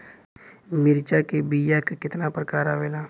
मिर्चा के बीया क कितना प्रकार आवेला?